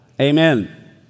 Amen